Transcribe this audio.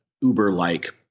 Uber-like